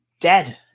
dead